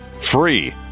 free